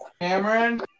Cameron